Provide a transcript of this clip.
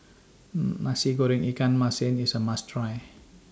Nasi Goreng Ikan Masin IS A must Try